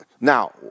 now